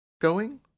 Going